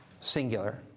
singular